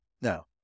Now